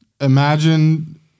imagine